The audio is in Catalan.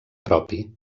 propi